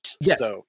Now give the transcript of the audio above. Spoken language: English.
Yes